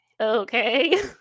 okay